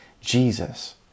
Jesus